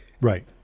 Right